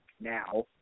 now